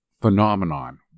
phenomenon